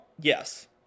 yes